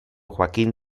joaquín